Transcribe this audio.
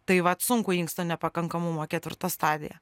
tai vat sunkų inkstų nepakankamumą ketvirta stadija